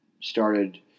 started